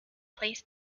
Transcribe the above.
plays